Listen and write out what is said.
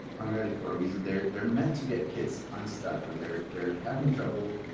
primarily for a reason, they're they're meant to get kids unstuck when they're they're having trouble